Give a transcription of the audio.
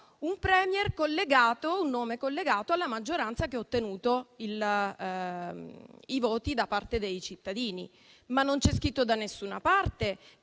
un nome collegato alla maggioranza che ha ottenuto i voti da parte dei cittadini. Ma non c'è scritto da nessuna parte